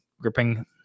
gripping